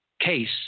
case